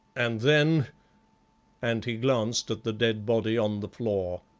and then and he glanced at the dead body on the floor.